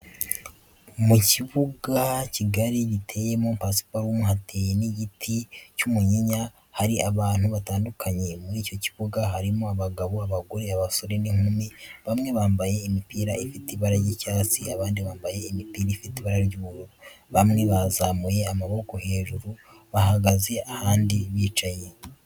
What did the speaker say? Mu kibuga kigari giteyemo pasiparumu hateye n'igiti cy'umunyinya, hari abantu batandukanye muri icyo kibuga, harimo abagabo, abagore, abasore n'inkumi bamwe bambaye imipira ifite ibara ry'icyatsi, abandi bambaye imipira ifite ibara ry'ubururu, bamwe bazamuye amaboko hejuru bahagaze abandi baricaye.